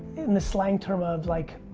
in the slang term of, like,